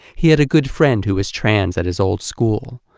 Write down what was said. he had a good friend who was trans at his old school.